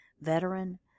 veteran